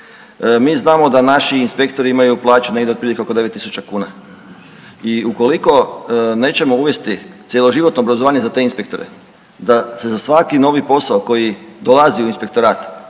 Mi znamo da naši inspektori imaju plaću negdje otprilike oko 9.000 kuna, i ukoliko nećemo uvesti cjeloživotno obrazovanje za te inspektore, da se za svaki novi posao koji dolazi u inspektorat